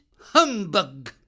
HUMBUG